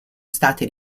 stati